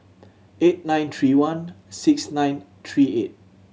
eight nine one three one six nine three eight